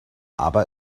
aber